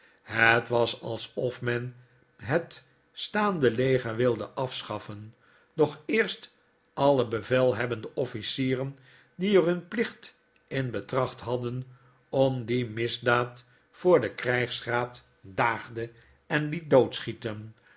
het was alsof men het staande leger wilde afschaffen doch eerst alle bevelhebbende officieren die er hun plicht in betracht hadden om die misdaad voor den krygsraad daagde en liet doodschieten